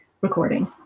recording